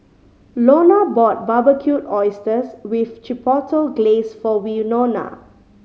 Launa bought Barbecued Oysters with Chipotle Glaze for Winona